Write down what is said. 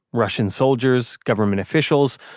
russian soldiers, government officials,